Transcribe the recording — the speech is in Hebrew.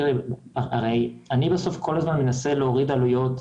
אני מנסה כל הזמן להוריד עלויות,